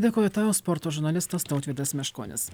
dėkoju tau sporto žurnalistas tautvydas meškonis